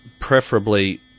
Preferably